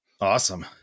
Awesome